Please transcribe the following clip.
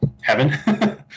heaven